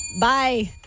bye